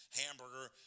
hamburger